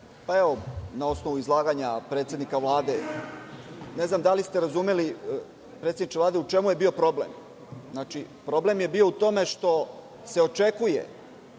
Palalić** Na osnovu izlaganja predsednika Vlade. Ne znam da li ste razumeli predsedniče Vlade u čemu je bio problem. Znači, problem je bio u tome što se očekuje